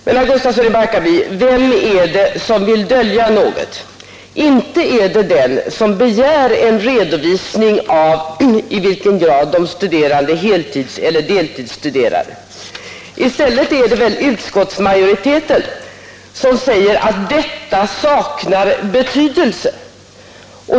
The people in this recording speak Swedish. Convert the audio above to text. Men, herr Gustafsson i Barkarby, vem är det som vill dölja något? Inte är det den som begär en redovisning av i vilken grad de studerande heltidseller deltidsstuderar. I stället är det väl utskottet, som säger att detta saknar betydelse.